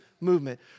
movement